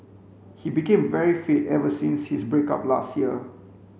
he became very fit ever since his break up last year